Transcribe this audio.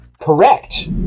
Correct